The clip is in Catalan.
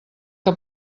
que